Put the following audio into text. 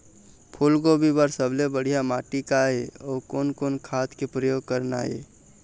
फूलगोभी बर सबले बढ़िया माटी का ये? अउ कोन कोन खाद के प्रयोग करना ये?